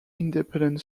independent